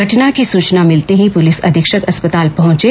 घटना की सूचना मिलते ही पुलिस अधीक्षक अस्पताल पहुंचे